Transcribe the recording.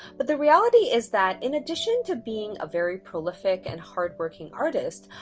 but the reality is that in addition to being a very prolific and hardworking artist,